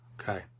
okay